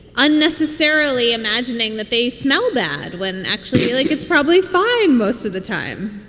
unnecessarily imagining that they smell bad when actually like it's probably fine most of the time